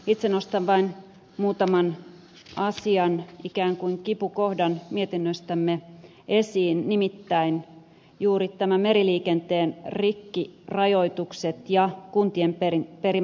itse nostan vain muutaman asian ikään kuin kipukohdan mietinnöstämme esiin nimittäin juuri nämä meriliikenteen rikkirajoitukset ja kuntien perimät maksut